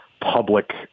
public